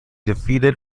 defeated